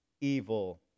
evil